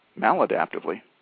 maladaptively